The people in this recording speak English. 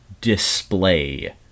Display